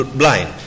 blind